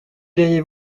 diriez